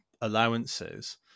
allowances